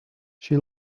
she